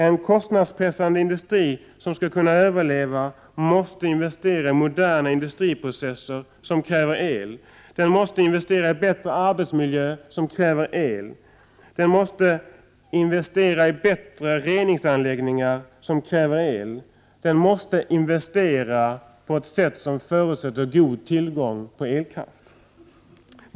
En kostnadspressande industri som skall kunna överleva måste investera i moderna industriprocesser — som kräver el —, den måste investera i bättre arbetsmiljö — som kräver el —, den måste investera i bättre reningsanläggningar — som kräver el. Den måste investera på ett sätt som förutsätter god tillgång på elkraft.